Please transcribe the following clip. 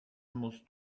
musst